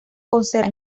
conserva